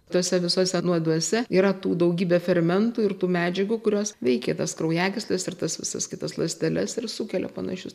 tose visose nuoduose yra tų daugybę fermentų ir tų medžiagų kurios veikia tas kraujagysles ir tas visas kitas ląsteles ir sukelia panašius